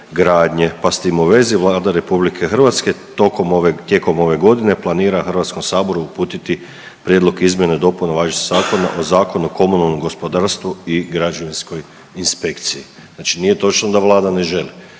pa s tim u vezi Vlada Republike Hrvatske tijekom ove godine planira Hrvatskom saboru uputiti prijedlog izmjena i dopuna važećeg Zakona o komunalnom gospodarstvu i Građevinskoj inspekciji. Znači, nije točno da Vlada ne želi.